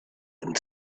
and